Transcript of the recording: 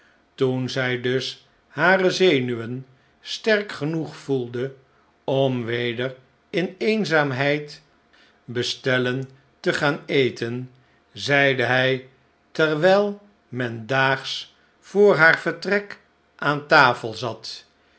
toen zij dus hare zenuwen sterk genoeg voelde om weder in eenzaamheid bestellen te gaan eten zeide hij terwijl men daags yoor haar vertrek aan tafel zat